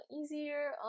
easier